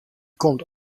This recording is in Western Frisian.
komt